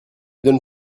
donne